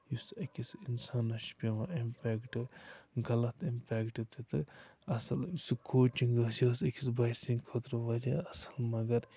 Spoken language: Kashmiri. یُس أکِس اِنسانَس چھُ پٮ۪وان اِمپٮ۪کٹ غلط اِمپٮ۪کٹ تہِ تہٕ اَصٕل یُس یہِ کوچِنٛگ ٲس یہِ ٲس أکِس بَچہِ سٕنٛدۍ خٲطرٕ واریاہ اَصٕل مگر